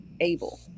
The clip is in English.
able